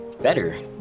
better